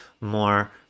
more